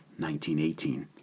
1918